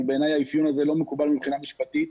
בעיניי האפיון הזה לא מקובל מבחינה משפטית,